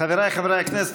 חבריי חברי הכנסת,